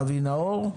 אבי נאור,